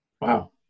Wow